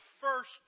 first